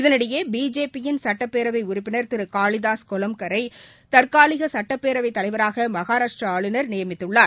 இதனிடையேபிஜேபியின் சட்ப்பேரவைஉறுப்பினர் திருகாளிதாஸ் கொலம்கர்ரைதற்காலிகசட்டப்பேரவைதலைவராகமனராஷ்டிராஆளுநர் நியமித்துள்ளார்